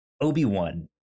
Obi-Wan